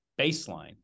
baseline